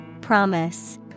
Promise